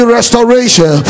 restoration